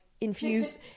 Infuse